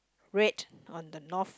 red on the north